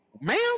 Ma'am